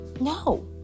No